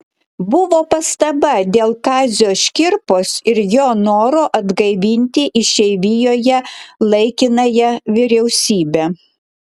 buvo pastaba dėl kazio škirpos ir jo noro atgaivinti išeivijoje laikinąją vyriausybę